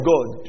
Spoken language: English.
God